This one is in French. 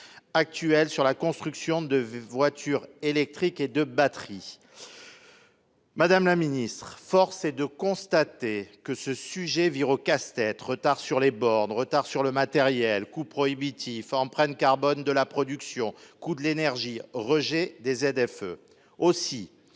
actuelles sur la construction de voitures électriques et de batteries. Madame la Ministre force est de constater que ce sujet vire au casse-tête retard sur les bords de retard sur le matériel coût prohibitif empreinte carbone de la production. Coût de l'énergie, rejet des ZFE aussi